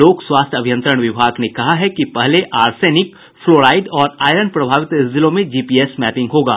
लोक स्वास्थ्य अभियंत्रण विभाग ने कहा है कि पहले आर्सेनिक फ्लोराईड और आयरन प्रभावित जिलों में जीपीएस मैपिंग होगा